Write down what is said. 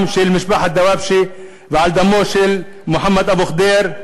של בני משפחת דוואבשה ועל דמו של מוחמד אבו ח'דיר,